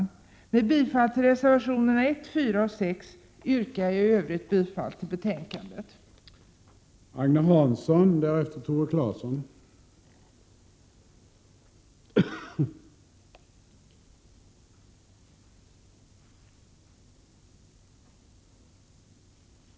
Jag yrkar bifall till reservationerna 1, 4 och 6 och i övrigt bifall till utskottets hemställan.